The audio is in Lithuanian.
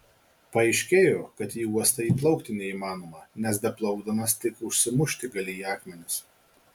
paaiškėjo kad į uostą įplaukti neįmanoma nes beplaukdamas tik užsimušti gali į akmenis